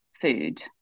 food